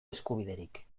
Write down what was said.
eskubiderik